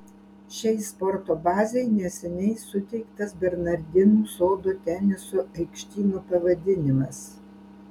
šiai sporto bazei neseniai suteiktas bernardinų sodo teniso aikštyno pavadinimas